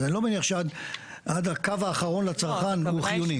אז אני לא מניח שעד הקו האחרון לצרכן הוא חיוני.